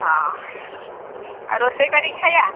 ହଁ ଆଉ ରୋଷେଇ କରିକି ଖାଇବା